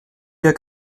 der